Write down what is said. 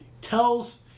tells